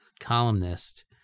columnist